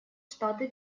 штаты